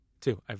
two